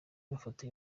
mafoto